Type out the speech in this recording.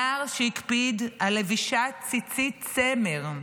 נער שהקפיד על לבישת ציצית צמר,